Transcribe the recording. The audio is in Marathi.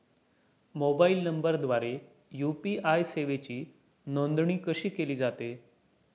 मोबाईल नंबरद्वारे यू.पी.आय सेवेची नोंदणी कशी केली जाते?